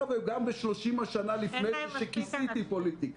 וגם בשלושים השנים לפני כן כשכיסיתי פוליטיקה.